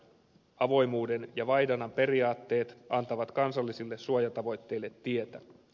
avoimuuden ja vaihdannan periaatteet antavat kansallisille suojatavoitteille tietä